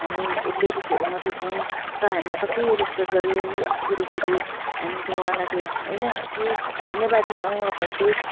हामी लेडिसहरू मात्रै थियौँ र हामीलाई कति रेस्पेक्ट गऱ्यो यो गुरुजीले हामीले चाहिँ उहाँलाई चाहिँ यति धन्यवादी छौँ उहाँप्रति